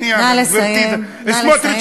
שנייה, גברתי.